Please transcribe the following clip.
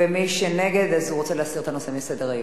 ומי שנגד רוצה להסיר את הנושא מסדר-היום.